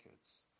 kids